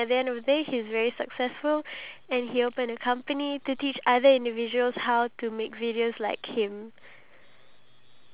um there was some places that you can't really find it in google which I find it so amazing